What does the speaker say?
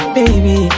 baby